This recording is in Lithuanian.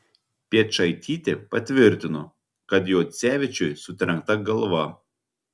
piečaitytė patvirtino kad juocevičiui sutrenkta galva